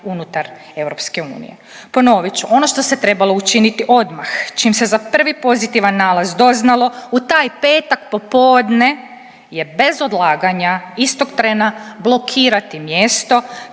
unutar EU. Ponovit ću, ono što se trebalo učiniti odmah čim se za prvi pozitivan nalaz doznalo u taj petak popodne je bez odlaganja istog trena blokirati mjesto,